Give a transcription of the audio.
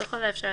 ככל האפשר,